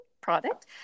product